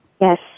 Yes